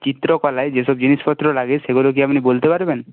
চিত্রকলায় যেসব জিনিসপত্র লাগে সেগুলো কি আপনি বলতে পারবেন